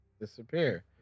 disappear